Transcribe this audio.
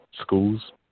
schools